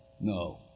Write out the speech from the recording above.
No